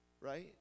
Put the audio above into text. right